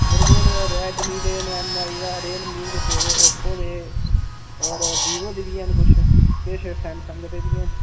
मेरे कोल रैडमी दे न एमआईरियलमी दे पेदे ओप्पो दे होर वीवो दे बी हैन किश किश सैमसंग दे बी हैन